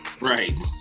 Right